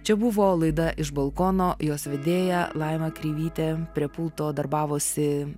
čia buvo laida iš balkono jos vedėja laima kreivytė prie pulto darbavosi